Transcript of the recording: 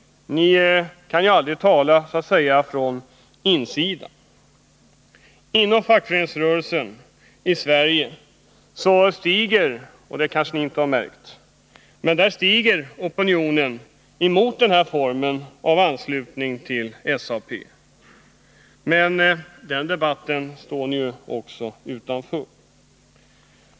Ni kan så att säga aldrig tala från insidan. Inom fackföreningsrörelsen i Sverige stiger — det kanske ni inte har märkt — opinionen mot den här formen av anslutning till SAP. Men också den debatten står ni utanför.